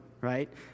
right